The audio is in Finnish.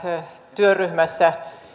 työryhmässä